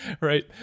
Right